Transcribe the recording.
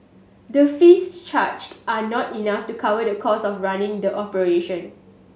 the fees charged are not enough to cover the costs of running the operation